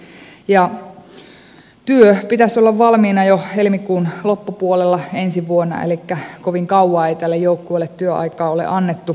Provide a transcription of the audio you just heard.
työn pitäisi olla valmiina jo helmikuun loppupuolella ensi vuonna elikkä kovin kauaa ei tälle joukkueelle työaikaa ole annettu